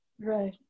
Right